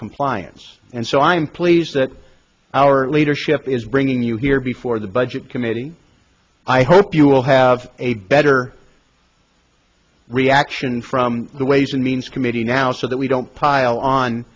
compliance and so i'm pleased that our leadership is bringing you here before the budget committee i hope you will have a better reaction from the ways and means committee now so that we don't pile on